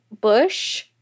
bush